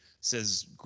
says